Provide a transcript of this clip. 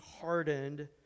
hardened